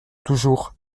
toujours